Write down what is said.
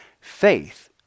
faith